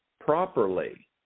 properly